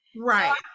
Right